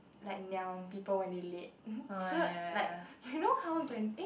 like niam people when they late so like you know how glen eh